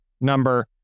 number